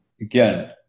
Again